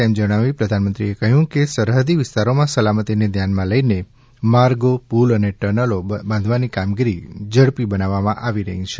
એમ જણાવીને પ્રધાનમંત્રીએ કહ્યું કે સરહદી વિસ્તારોમાં સલામતીને ધ્યાનમાં લઈને માર્ગે પુલ તથા ટર્નલો બાંધવાની કામગીરી ઝડપી બનાવવામાં આવી છે